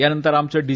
यानंतर आमचे डी